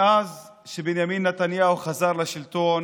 מאז שבנימין נתניהו חזר לשלטון,